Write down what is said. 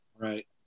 Right